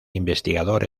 investigador